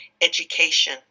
education